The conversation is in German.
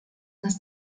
dass